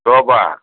sofa